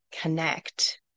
connect